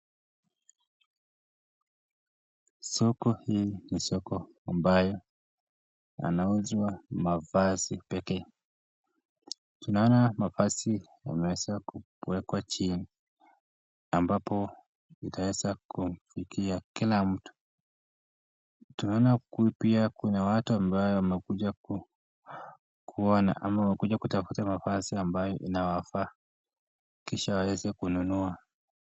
Soko hii ni soko ambayo inauzwa mavazi pekee, tunaona mavazi yameeza kuwekwa chini, ambapo itaweza kufikia kila mtu, tunaona huku pia kuna watu ambao wamekuja kuona ama wamekuja mavazi ambayo inawafaa, kisha waweze kununua.